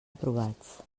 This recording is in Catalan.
aprovats